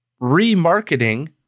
remarketing